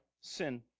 sin